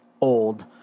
old